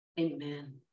Amen